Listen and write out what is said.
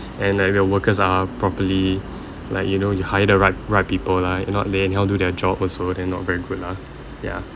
and like your workers are properly like you know you hire the right right people lah not they anyhow do their job also they're not very good lah ya